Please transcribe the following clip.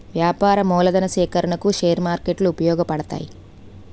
వ్యాపార మూలధన సేకరణకు షేర్ మార్కెట్లు ఉపయోగపడతాయి